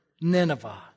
Nineveh